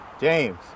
James